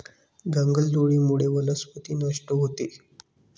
जंगलतोडीमुळे वनस्पती नष्ट होते